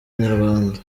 nyarwanda